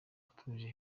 atuje